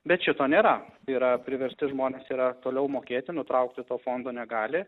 bet šito nėra yra priversti žmonės yra toliau mokėti nutraukti to fondo negali